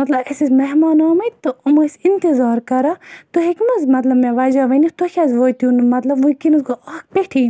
مَطلَب اَسہِ ٲسۍ مہمان آمٕتۍ تہٕ یِم ٲسۍ اِنتِظار کَران تُہۍ ہیٚکو حظ مَطلَب مےٚ وَجہ ؤنِتھ تُہۍ کیاز وٲتِو نہٕ مَطلَب وِنکیٚنَس گوٚو اکھ پیٚٹھی